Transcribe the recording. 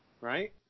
Right